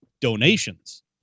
donations